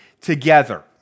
together